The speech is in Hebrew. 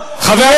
רק לכם,